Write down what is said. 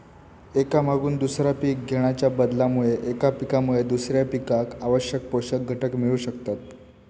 एका मागून दुसरा पीक घेणाच्या बदलामुळे एका पिकामुळे दुसऱ्या पिकाक आवश्यक पोषक घटक मिळू शकतत